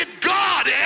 God